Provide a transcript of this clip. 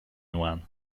one